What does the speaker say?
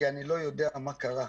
כי אני לא יודע מה קרה.